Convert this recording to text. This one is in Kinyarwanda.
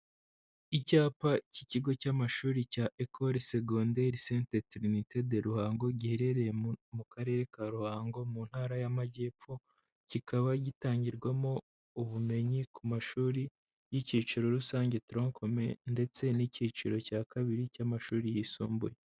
Icyapa cy'ikigo cy'amashuri yisumbuye cya (Ecole secondaire centtdnitd Ruhango) giherereye mu karere ka ruhango mu ntara y'amajyepfo, kikaba gitangirwamo ubumenyi ku mashuri y'icyiciro rusange (tron comme) ndetse n'icyiciro cya kabiri cy'amashuri yisumbuye.